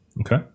Okay